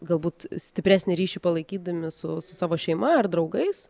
galbūt stipresnį ryšį palaikydami su su savo šeima ar draugais